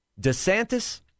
DeSantis